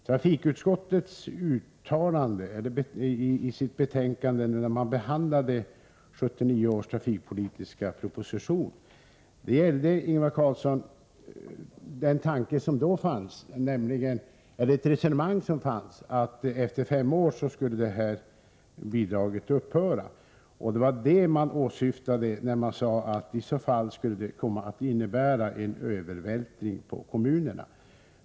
Trafikutskottets uttalande i det betänkande där 1979 års trafikpolitiska proposition behandlades gällde ett resonemang som då fördes om att bidraget skulle upphöra efter fem år. Det var det man åsyftade när man sade att det skulle komma att innebära en övervältring på kommunerna.